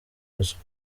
ruswa